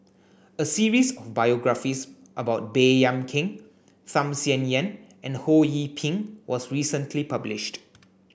a series of biographies about Baey Yam Keng Tham Sien Yen and Ho Yee Ping was recently published